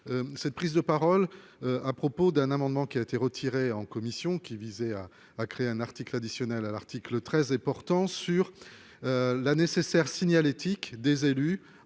Cette prise de parole. À propos d'un amendement qui a été retiré en commission qui visait à à créer un article additionnel à l'article 13 et portant sur. La nécessaire signalétique des élus